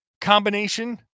combination